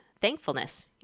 thankfulness